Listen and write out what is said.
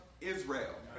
Israel